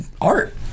art